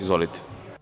Izvolite.